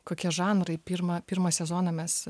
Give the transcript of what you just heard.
kokie žanrai pirmą pirmą sezoną mes